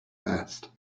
vest